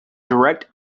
direct